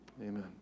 amen